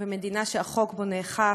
ומדינה שהחוק בה נאכף",